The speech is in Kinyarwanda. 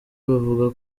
bavuga